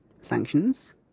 sanctions